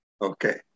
okay